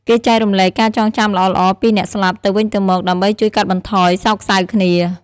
គេចែករំលែកការចងចាំល្អៗពីអ្នកស្លាប់ទៅវិញទៅមក ដើម្បីជួយកាត់បន្ថយសោកសៅគ្នា។